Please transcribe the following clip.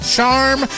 Charm